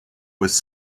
was